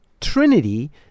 Trinity